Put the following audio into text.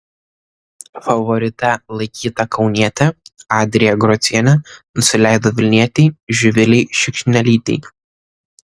favorite laikyta kaunietė adrija grocienė nusileido vilnietei živilei šikšnelytei